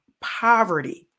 poverty